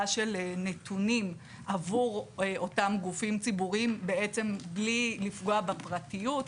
של נתונים עבור אותם אנשי גופים ציבוריים בעצם בלי לפגוע בפרטיות,